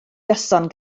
gyson